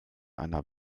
einer